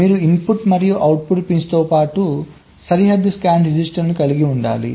మీరు ఇన్పుట్ మరియు output pins తో పాటు సరిహద్దు స్కాన్ రిజిస్టర్లను కలిగి ఉండాలి